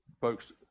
Folks